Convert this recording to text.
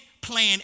plan